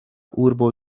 urbo